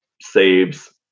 saves